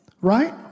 right